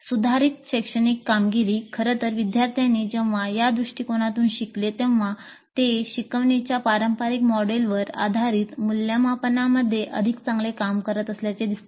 सुधारित शैक्षणिक कामगिरी खरं तर विद्यार्थ्यांनी जेव्हा या दृष्टिकोनातून शिकले तेव्हा ते शिकवणीच्या पारंपारिक मॉडेलवर आधारीत मूल्यमापनांमध्ये अधिक चांगले काम करत असल्याचे दिसते